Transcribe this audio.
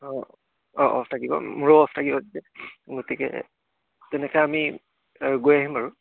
অঁ অঁ অফ থাকিব মোৰো অফ থাকিব গতিকে তেনেকে আমি গৈ আহিম বাৰু